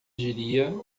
diria